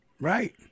Right